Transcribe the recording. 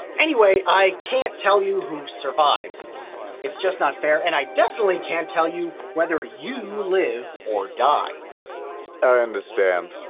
anyway, i can't tell you who survives. it's it's just not fair and i definitely can't tell you whether you live or die. orange i understand,